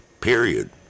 period